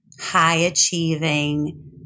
high-achieving